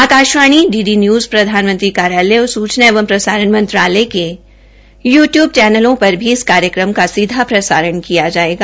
Akashvani D D news प्रधानमंत्री कार्यालय और सूचना एवं प्रसारण मंत्रालय के यू टयूब चैनलों पर भी इस कार्यक्रम का सीधा प्रसारण किया जायेगा